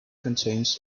contains